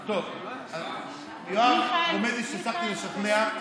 יואב אומר שהצלחתי לשכנע.